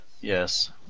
Yes